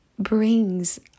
brings